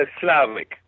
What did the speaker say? Slavic